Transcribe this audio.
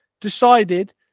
decided